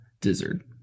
Dizzard